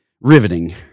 riveting